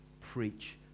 preach